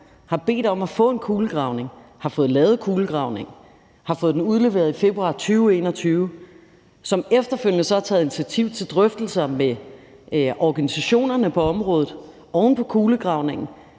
har bedt om at få en kulegravning, har fået lavet kulegravningen, har fået den udleveret i februar 2021, og som efterfølgende så har taget initiativ til drøftelser med organisationerne på området oven på kulegravningen